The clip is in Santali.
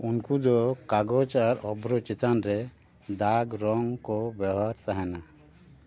ᱩᱱᱠᱩ ᱫᱚ ᱠᱟᱜᱚᱡᱽ ᱟᱨ ᱚᱵᱷᱨᱚ ᱪᱮᱛᱟᱱ ᱨᱮ ᱫᱟᱜᱽ ᱨᱚᱝ ᱠᱚ ᱵᱮᱣᱦᱟᱨ ᱛᱟᱦᱮᱸᱱᱟ